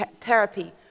therapy